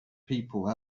people